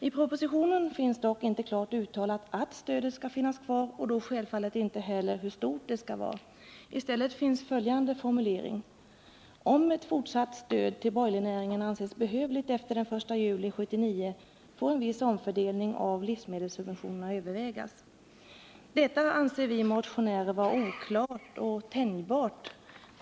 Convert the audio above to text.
I propositionen finns inte klart uttalat att stödet skall finnas kvar och då självfallet inte hur stort det skall vara. I stället finns följande formulering: ”Om ett fortsatt stöd till broilernäringen anses behövligt efter den 1 juli 1979 får en viss omfördelning av livsmedelssubventionerna övervägas.” Detta anser vi motionärer vara oklart och tänjbart.